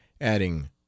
adding